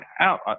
out